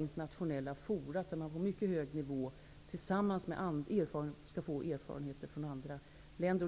internationellt forum, där man på mycket hög nivå skall kunna få erfarenheter från andra länder.